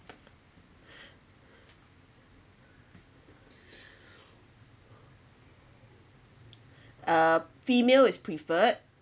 uh female is preferred